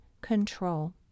control